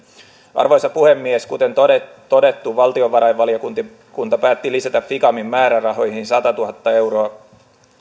arvoisa puhemies kuten todettu todettu valtiovarainvaliokunta päätti lisätä ficamin määrärahoihin satatuhatta euroa